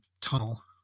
tunnel